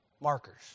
markers